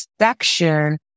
section